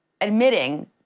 admitting